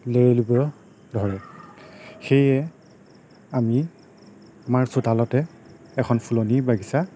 লেৰেলিব ধৰে সেয়ে আমি আমাৰ চোতালতে এখন ফুলনি বাগিছা